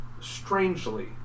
strangely